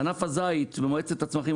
בענף הזית במועצת הצמחים,